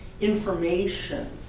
information